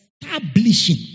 establishing